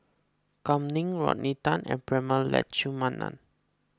Kam Ning Rodney Tan and Prema Letchumanan